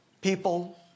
people